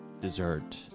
dessert